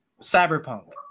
cyberpunk